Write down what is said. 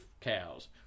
cows